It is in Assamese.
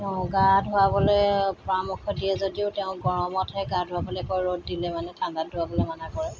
গা ধুৱাবলৈ পৰামৰ্শ দিয়ে যদিও তেওঁ গৰমতহে গা ধুৱাবলৈ কয় ৰ'দ দিলে মানে ঠাণ্ডাত ধুৱাবলৈ মানা কৰে